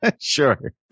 Sure